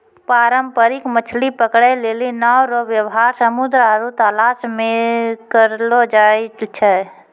पारंपरिक मछली पकड़ै लेली नांव रो वेवहार समुन्द्र आरु तालाश मे करलो जाय छै